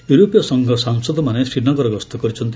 ୟୁରୋପୀୟ ସଂଘ ସାଂସଦମାନେ ଶ୍ରୀନଗର ଗସ୍ତ କରିଛନ୍ତି